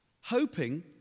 hoping